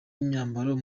imyambaro